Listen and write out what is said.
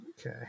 Okay